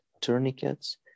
tourniquets